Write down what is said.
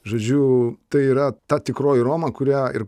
žodžiu tai yra ta tikroji roma kurią ir